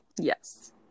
Yes